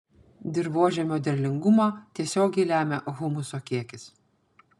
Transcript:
dirvožemio derlingumą tiesiogiai lemia humuso kiekis